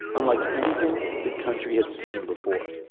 unlike anything the country had seen before.